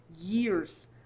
years